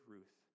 Ruth